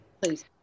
Please